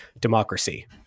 democracy